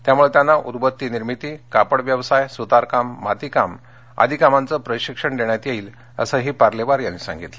त्यामुळेत्यांना उदबत्ती निर्मिती कापड व्यवसाय सुतारकाम मातीकाम आदी कामांचं प्रशिक्षणदेण्यात येणार आहे असंही पार्लेवार यांनी सांगितलं